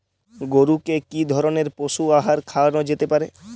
গরু কে কি ধরনের পশু আহার খাওয়ানো যেতে পারে?